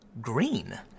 green